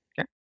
okay